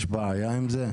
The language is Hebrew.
יש בעיה עם זה?